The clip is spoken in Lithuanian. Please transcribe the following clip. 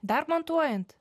dar montuojant